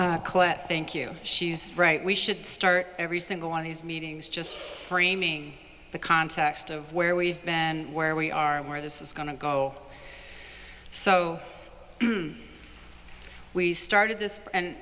sure thank you she's right we should start every single one of these meetings just framing the context of where we've been and where we are and where this is going to go so we started this and